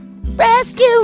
Rescue